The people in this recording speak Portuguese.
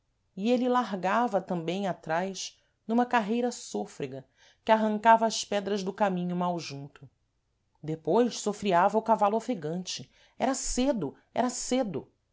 prometida e êle largava tambêm atrás numa carreira sôfrega que arrancava as pedras do caminho mal junto depois sofreava o cavalo ofegante era cedo era cedo